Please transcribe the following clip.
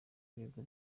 ibigo